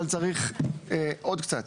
אבל צריך עוד קצת.